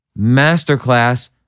masterclass